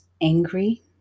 angry